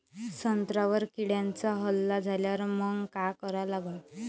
संत्र्यावर किड्यांचा हल्ला झाल्यावर मंग काय करा लागन?